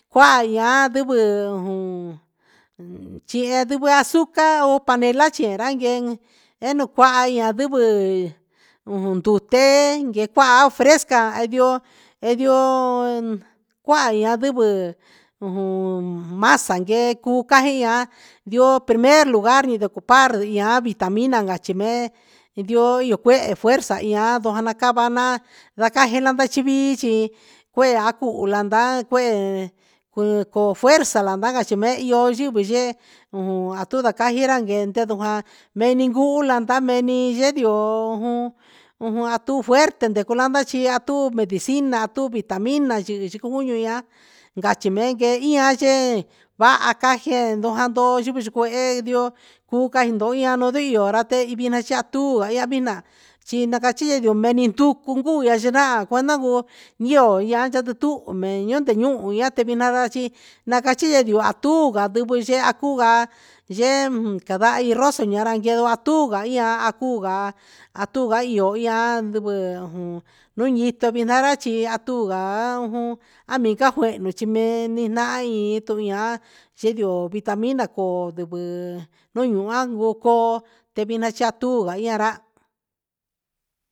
Joia ndivɨ ndivɨ azuca o panela chihi ra gueen e nunuaha ian andivɨ ndutee yecuaha fresca e ndioo cuaha ia an ndivɨ masa yee cuu cajian yo primer lugar ni ocupar ndia vitamina cachi mee yoo cuu cuehe fuerza ia ndojava cana naan ndaa cajena chivii chi jue acuhu landa jue coo fuerza landa cachi mbee iyo yivɨ yee atora ca yee ndenduja veninjula ndaa meni yee ndioo jun ujun atu juerte ndecu landa chia a tuu medicina atu vitamina yɨɨ jucu ndia gachi mee ndehia yee vaha caje ndoo jandoo yucu yucuehe ndioo ju caji ndo iha noo iyo ra tee iviani xatuu a viana chi nacachi yo meni tucu guu senda juana guu yoi ya yati tuhun ne mee ndetehe uhun atevi ndana chi na cachi yee tuu va ndivɨ yee a cuu va yee ta javahi rosen yee ran yee a tu va ia a jun va a tu va iyo ihva iti nadivi jun un iti nda ra vi chi a tu va jun amiga juehnu chi na mee ni nain in tuvian jan chi yoo vitamina coo sivɨ un uhun cuu coo te viani chaha tuu vahia ra.